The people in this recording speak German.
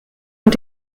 und